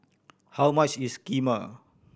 how much is Kheema